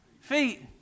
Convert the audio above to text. feet